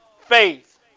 faith